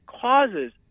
causes